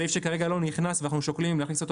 סעיף שכרגע לא נכנס ואנחנו שוקלים אם להכניס אותו